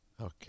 Okay